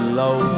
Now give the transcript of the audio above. low